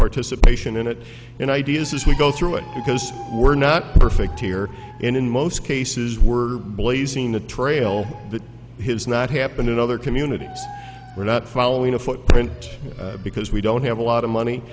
participation in it and ideas as we go through it because we're not perfect here and in most cases were blazing a trail that has not happened in other communities we're not following a footprint because we don't have a lot of